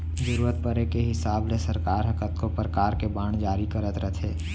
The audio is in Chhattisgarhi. जरूरत परे के हिसाब ले सरकार ह कतको परकार के बांड जारी करत रथे